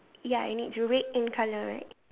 ya and it's red in colour right